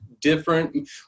different